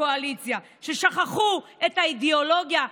בקואליציה ששכחו את האידיאולוגיה,